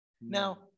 Now